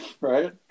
Right